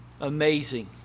amazing